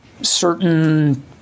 certain